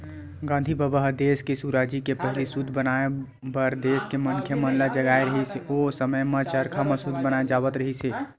गांधी बबा ह देस के सुराजी के पहिली सूत बनाए बर देस के मनखे मन ल जगाए रिहिस हे, ओ समे म चरखा म सूत बनाए जावत रिहिस हे